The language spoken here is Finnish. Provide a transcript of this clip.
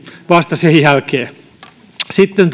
vasta sen jälkeen sitten